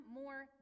more